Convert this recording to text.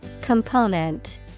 Component